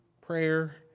prayer